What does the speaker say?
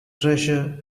treasure